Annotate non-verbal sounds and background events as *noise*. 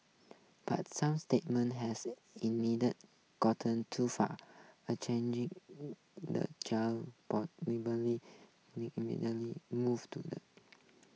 but some statements has in needed gotten too far a changing the *unintelligible* move to the